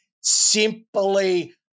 Simply